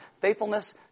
faithfulness